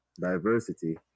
Diversity